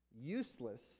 useless